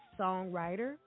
songwriter